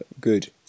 good